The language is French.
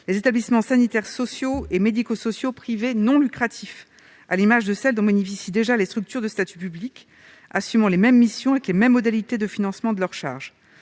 les établissements sanitaires, sociaux et médico-sociaux privés non lucratifs, à l'instar des structures de statut public assumant les mêmes missions, selon les mêmes modalités de financement de leurs charges.